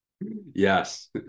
Yes